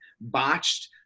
botched